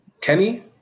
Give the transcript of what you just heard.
Kenny